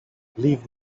leave